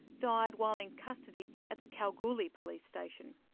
died while in custody at the kalgoorlie police station.